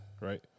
right